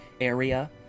area